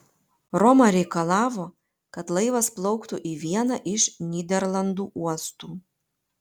roma reikalavo kad laivas plauktų į vieną iš nyderlandų uostų